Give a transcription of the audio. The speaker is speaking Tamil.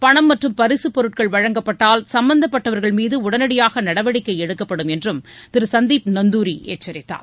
பணம் மற்றும் பரிசுப் பொருட்கள் வழங்கப்பட்டால் சும்பந்தப்பட்டவர்கள் மீது உடனடியாக நடவடிக்கை எடுக்கப்படும் என்றும் திரு சந்தீப் நந்தூரி எச்சரித்தார்